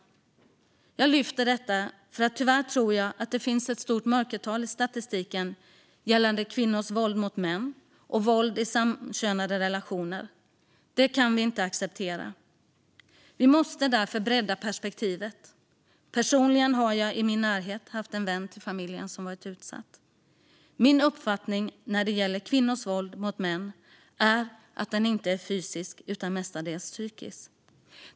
Jag lyfter upp detta eftersom jag tyvärr tror att det finns ett stort mörkertal i statistiken gällande kvinnors våld mot män och våld i samkönade relationer. Det kan vi inte acceptera. Vi måste bredda perspektivet. Jag har personligen en vän till familjen som varit utsatt. Min uppfattning när det gäller kvinnors våld mot män är att det inte är fysiskt våld utan mestadels psykiskt.